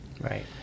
Right